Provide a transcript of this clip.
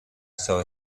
saw